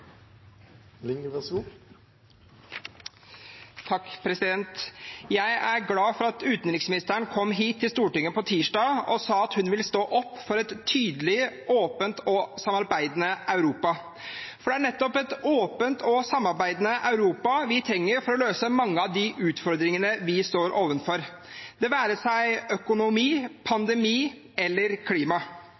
Jeg er glad for at utenriksministeren kom hit til Stortinget på tirsdag og sa at hun ville stå opp for et tydelig, åpent og samarbeidende Europa, for det er nettopp et åpent og samarbeidende Europa vi trenger for å løse mange av de utfordringene vi står overfor – det være seg økonomi, pandemi eller klima.